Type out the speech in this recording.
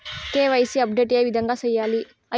KYC update ఏ విధంగా సేయాలి?